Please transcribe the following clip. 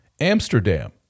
Amsterdam